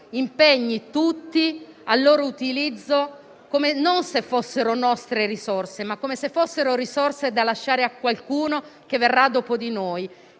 impegnino tutti al loro utilizzo non come se fossero nostre risorse, ma come se fossero risorse da lasciare a qualcuno che verrà dopo di noi